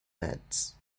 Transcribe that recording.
beds